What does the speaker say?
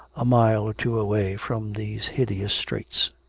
a mile or two away, from these hideous straits.